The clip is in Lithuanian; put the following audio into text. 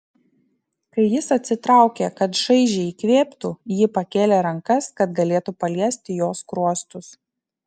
kai jis atsitraukė kad šaižiai įkvėptų ji pakėlė rankas kad galėtų paliesti jo skruostus